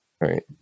right